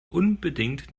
unbedingt